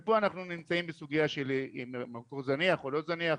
פה אנחנו נמצאים בסוגייה של האם המקור זניח או לא זניח.